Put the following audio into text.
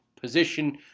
position